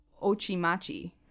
ochimachi